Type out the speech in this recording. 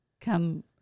Come